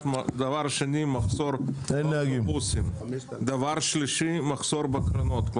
דבר שני, מחסור באוטובוסים וכן מחסור בקרונות.